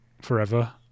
forever